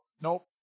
Nope